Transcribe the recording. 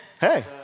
Hey